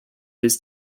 his